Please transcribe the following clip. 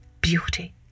beauty